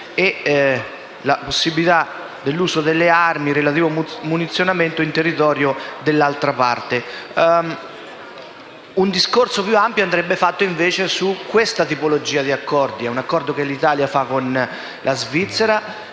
e la possibilità dell'uso di armi e del relativo munizionamento nel territorio dell'altra parte. Un discorso più ampio andrebbe fatto invece su questa tipologia di accordi. Si tratta di un accordo tra l'Italia e la Svizzera.